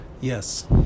Yes